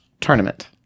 tournament